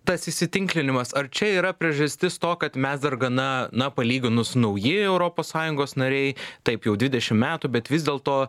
tas įsitinklinimas ar čia yra priežastis to kad mes dar gana na palyginus nauji europos sąjungos nariai taip jau dvidešim metų bet vis dėlto